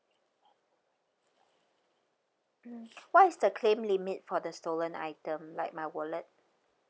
what is the claim limit for the stolen item like my wallet